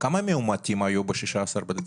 כמה מאומתים היו ב-16 בדצמבר?